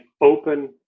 open